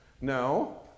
No